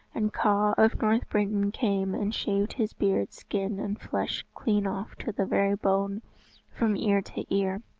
and kaw of north britain came and shaved his beard, skin and flesh clean off to the very bone from ear to ear.